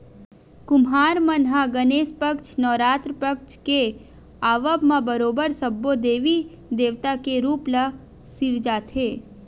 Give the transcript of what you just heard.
कुम्हार मन ह गनेस पक्छ, नवरात पक्छ के आवब म बरोबर सब्बो देवी देवता के रुप ल सिरजाथे